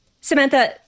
Samantha